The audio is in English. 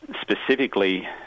specifically